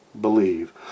believe